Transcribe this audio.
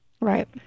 Right